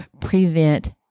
prevent